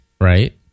right